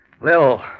Lil